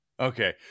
Okay